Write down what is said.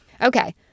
Okay